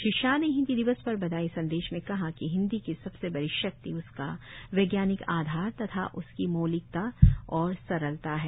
श्री शाह ने हिन्दी दिवस पर बधाई संदेश में कहा कि हिन्दी की सबसे बड़ी शक्ति उसका वैज्ञानिक आधार तथा उसकी मौलिकता और सरलता है